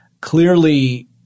clearly –